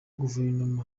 guverinoma